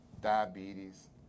Diabetes